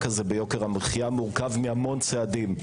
הזה ביוקר המחיה מורכב מהמון צעדים,